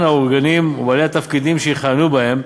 האורגנים ובעלי התפקידים שיכהנו בהם,